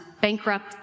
bankrupt